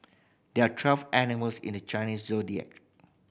there are twelve animals in the Chinese Zodiac